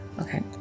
okay